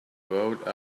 rode